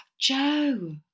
joe